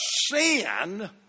sin